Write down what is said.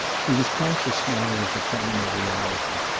he was conscious now of the final reality,